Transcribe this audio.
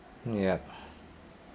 yup